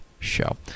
Show